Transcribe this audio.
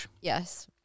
Yes